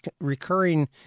recurring